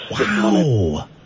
Wow